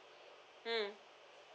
mm